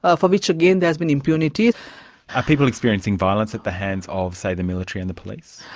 ah for which again there has been impunity. are people experiencing violence at the hands of, say, the military and the police?